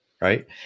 Right